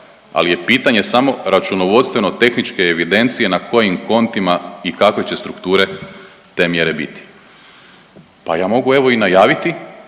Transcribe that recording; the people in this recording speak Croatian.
ali je pitanje samo računovodstvene-tehničke evidencije na kojim kontima i kakve će strukture te mjere biti. Pa ja mogu, evo, i najaviti